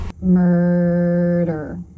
Murder